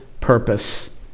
purpose